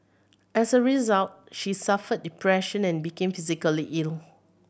as a result she suffered depression and became physically ill